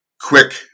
quick